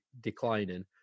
declining